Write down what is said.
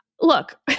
Look